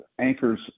anchors